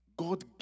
God